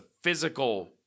physical